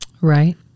Right